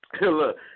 Look